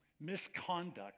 misconduct